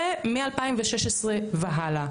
זה מ-2016 והלאה.